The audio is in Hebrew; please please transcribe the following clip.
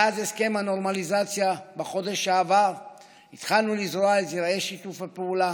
מאז הסכם הנורמליזציה בחודש שעבר התחלנו לזרוע את זרעי שיתוף הפעולה